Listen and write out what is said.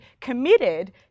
committed